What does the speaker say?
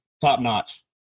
top-notch